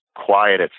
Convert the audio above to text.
quiet